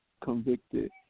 convicted